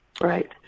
Right